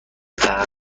قرار